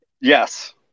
yes